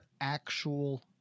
actual